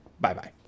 Bye-bye